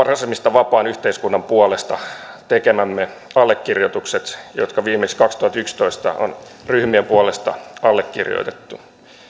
rasismista vapaan yhteiskunnan puolesta tekemämme allekirjoitukset jotka viimeksi kaksituhattayksitoista on ryhmien puolesta allekirjoitettu